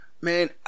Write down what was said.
Man